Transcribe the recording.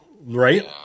Right